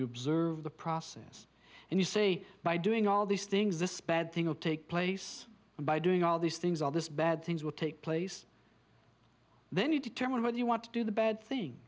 you observe the process and you say by doing all these things this bad thing will take place and by doing all these things all this bad things will take place then you determine whether you want to do the bad thing